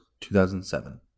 2007